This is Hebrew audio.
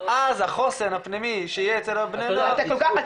אז החוסן הפנימי שיהיה אצל בני הנוער יהיה משמעותי.